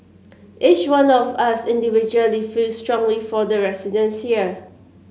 each one of us individually feel strongly for the residents here